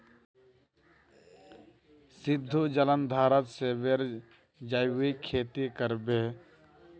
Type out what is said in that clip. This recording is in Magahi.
सिद्धू जालंधरत सेबेर जैविक खेती कर बे